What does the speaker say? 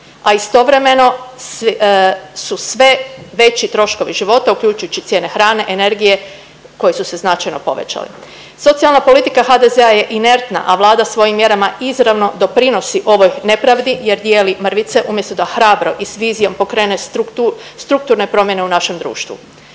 a istovremeno su sve veći troškovi života uključujući cijene hrane, energije, koje su se značajno povećali. Socijalna politika HDZ-a je inertna, a Vlada svojim mjerama izravno doprinosi ovoj nepravdi jer dijeli mrvice umjesto da hrabro i s vizijom pokrene struktu… strukturne promjene u našem društvu.